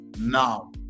now